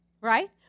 right